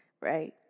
right